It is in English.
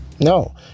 no